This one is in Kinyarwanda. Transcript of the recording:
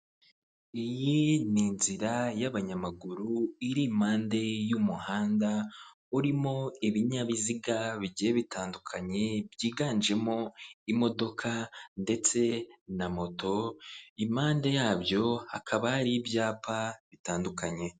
Iyi ni inzira y'abanyamaguru iri impande y'umuhanda urimo ibinyabiziga bigiye bitandukanye byiganjemo imodoka ndetse na moto, impande yabyo hakaba hari ibyapa bitandukanye.